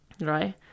right